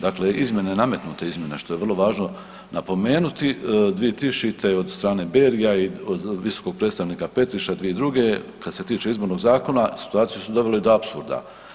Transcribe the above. Dakle, izmjene, nametnute izmjene, što je vrlo važno napomenuti, 2000. od strane Bergija i od visokog predstavnika Petriša 2002. kad se tiče Izbornog zakona situaciju su doveli do apsurda.